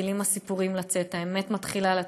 מתחילים הסיפורים לצאת, האמת מתחילה לצאת.